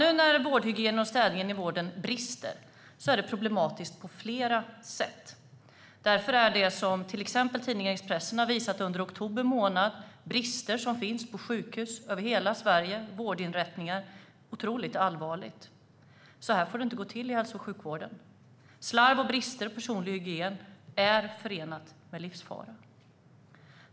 Nu när vårdhygienen och städningen i vården brister är det problematiskt på flera sätt. Därför är det som till exempel tidningen Expressen har visat under oktober månad - brister som finns på sjukhus och vårdinrättningar över hela Sverige - otroligt allvarligt. Så här får det inte gå till i hälso och sjukvården. Slarv och brister i personlig hygien är förenat med livsfara.